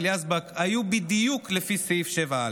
של יזבק היו במדויק לפי סעיף 7א,